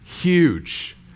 huge